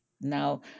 Now